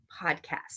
podcast